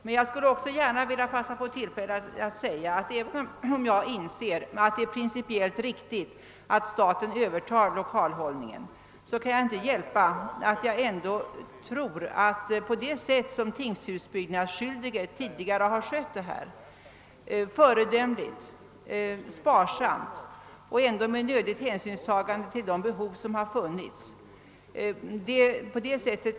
Men jag vill också begagna tillfället att säga, att även om jag inser att det är principiellt riktigt att staten övertar l1okalhållningen, så tror jag inte att staten kommer att kunna sköta saken på samma sätt som tingshusbyggnadsskyldige tidigare gjort — föredömligt, sparsamt och ändå med nödigt hänsynstagande till de behov som har funnits.